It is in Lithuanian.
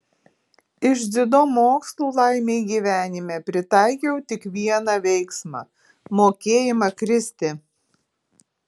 iš dziudo mokslų laimei gyvenime pritaikiau tik vieną veiksmą mokėjimą kristi